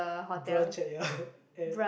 brunch at ya